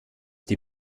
die